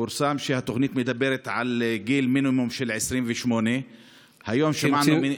פורסם שהתוכנית מדברת על גיל מינימום של 28. היום שמענו,